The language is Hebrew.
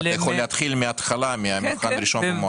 אתה יכול להתחיל מהתחלה, מהמבחן הראשון במועצה.